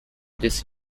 this